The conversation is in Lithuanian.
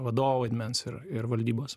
vadovo vaidmens ir ir valdybos